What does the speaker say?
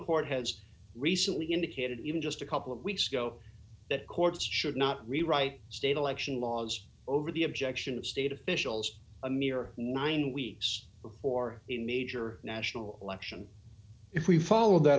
court has recently indicated even just a couple of weeks ago that courts should not rewrite state election laws over the objection of state officials a mere nine weeks before the major national election if we follow that